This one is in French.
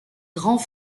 grands